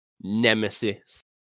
Nemesis